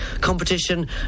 competition